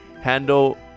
handle